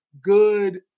good